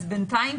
אז בינתיים.